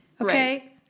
okay